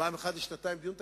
פעם אחת בשנתיים דיון תקציב.